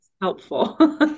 Helpful